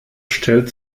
stellte